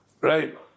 right